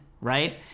right